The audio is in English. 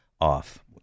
off